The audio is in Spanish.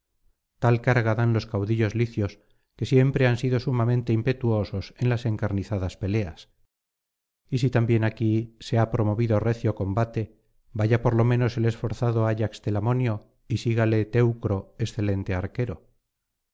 tal carga dan los caudillos licios que siempre han sido sumamente impetuosos en las encarnizadas peleas y si también aquí se ha promovido recio combate vaya por lo menos el esforzado ayax telamonio y sígale teucro excelente arquero